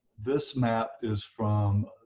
this map is from